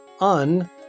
Un